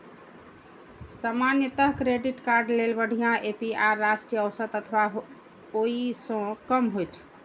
सामान्यतः credit card लेल बढ़िया ए.पी.आर राष्ट्रीय औसत अथवा ओइ सं कम होइ छै